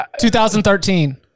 2013